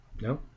No